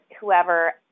whoever